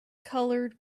colored